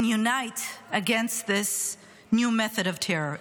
unite against this new method off terror.